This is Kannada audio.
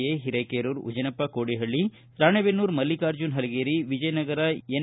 A Hirekerur Ujaneppa Kodihalli Ranebennur Mallakarjuna Halageri Vijayanagara N